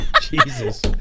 jesus